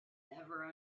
never